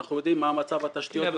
ואנחנו יודעים מה מצב התשתיות.